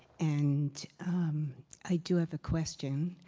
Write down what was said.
and i do have a question.